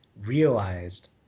realized